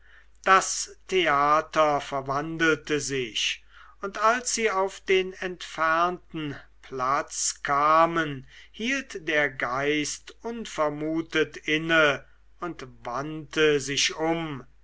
das theater verwandelte sich und als sie auf den entfernten platz kamen hielt der geist unvermutet inne und wandte sich um